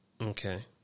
Okay